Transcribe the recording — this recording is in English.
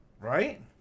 Right